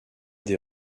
des